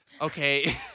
Okay